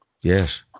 Yes